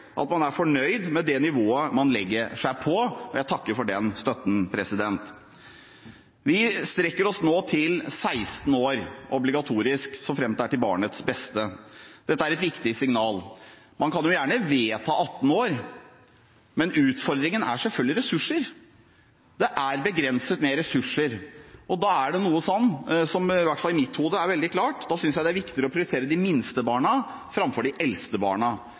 at man er fornøyd med det nivået man legger seg på. Jeg takker for den støtten. Vi strekker oss nå til obligatorisk grense ved 16 år så fremt det er til barnets beste. Dette er et viktig signal. Man kan gjerne vedta 18 år, men utfordringen er selvfølgelig ressurser – det er begrenset med ressurser. Da er det noe som i hvert fall i mitt hode er veldig klart: Da synes jeg det er viktig å prioritere de minste framfor de eldste barna.